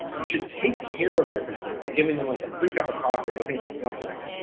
you should take care of their complaint by giving them like a free cup of coffee or anything else they want,